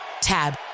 Tab